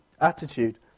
attitude